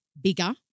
bigger